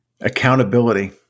Accountability